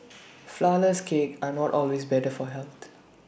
Flourless Cakes are not always better for health